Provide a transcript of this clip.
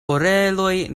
oreloj